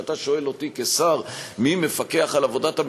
כשאתה שואל אותי כשר מי מפקח על עבודת הממשלה,